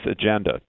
agenda